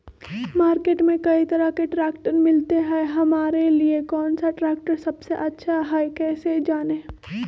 Market में कई तरह के ट्रैक्टर मिलते हैं हमारे लिए कौन सा ट्रैक्टर सबसे अच्छा है कैसे जाने?